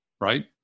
Right